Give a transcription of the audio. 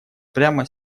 прямо